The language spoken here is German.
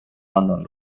london